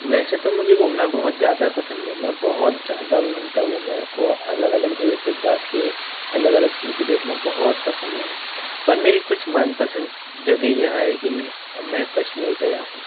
वैसे तो मुझे घूमना बहुत ज़्यादा पसंद है मैं बहुत ज़्यादा घूमता हूँ मैं को अलग अलग जगह पर जा कर अलग अलग चीजें देखना बहुत पसंद है पर मेरी कुछ मन पसंद जगह यह है कि मैं मैं कश्मीर गया हूँ